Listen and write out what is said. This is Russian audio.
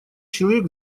человек